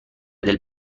del